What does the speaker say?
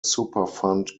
superfund